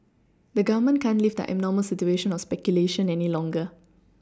the Government can't leave the abnormal situation of speculation any longer